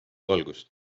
valgust